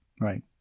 Right